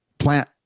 Plant